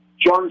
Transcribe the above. John